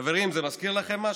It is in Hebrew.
חברים, זה מזכיר לכם משהו?